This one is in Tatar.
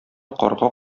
карга